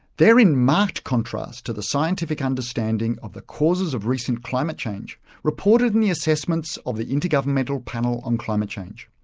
they are in marked contrast to the scientific understanding of the causes of recent climate change reported in the assessments of the intergovernmental panel on climate change,